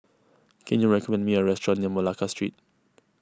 can you recommend me a restaurant near Malacca Street